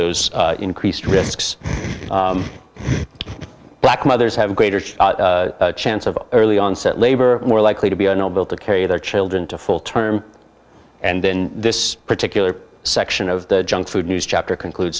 those increased risks black mothers have a greater chance of early onset labor more likely to be on a bill to carry their children to full term and in this particular section of the junk food news chapter conclude